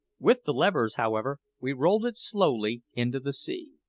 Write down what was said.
with the levers, however, we rolled it slowly into the sea.